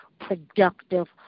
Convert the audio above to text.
productive